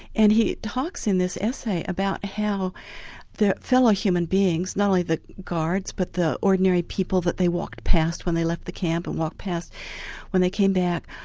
and he talks in this essay about how their fellow human beings, not only the guards but the ordinary people, that they walked past when they left the camp and walked past when they came back,